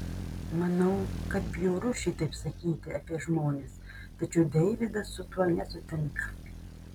manau kad bjauru šitaip sakyti apie žmones tačiau deividas su tuo nesutinka